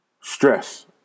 stress